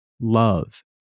love